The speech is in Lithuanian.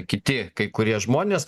kiti kai kurie žmonės